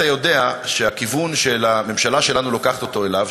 אתה יודע שהכיוון שהממשלה שלנו לוקחת אותנו אליו,